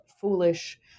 foolish